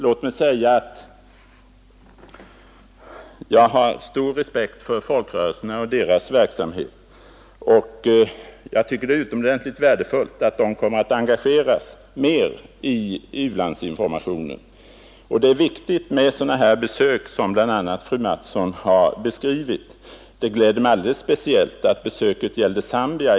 Låt mig säga att jag har stor respekt för folkrörelserna och deras verksamhet. Jag tycker det är utomordentligt värdefullt att de kommer att engageras mer i u-landsinformationen. Det är också viktigt med sådana besök som fröken Mattson här har beskrivit, och speciellt gläder det mig att besöket gällde Zambia.